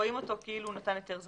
רואים אותו כאילו ניתן היתר זמני.